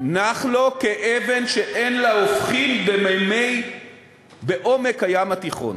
נח לו כאבן שאין לה הופכין בעומק הים התיכון.